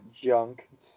junk